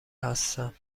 هستم